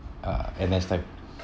uh N_S time